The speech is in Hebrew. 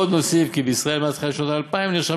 עוד נוסיף כי בישראל מאז תחילת שנות האלפיים נרשם